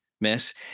miss